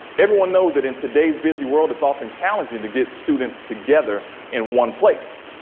everyone knows that in today's busy world it's often challenging to get students together in one place.